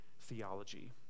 theology